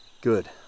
Good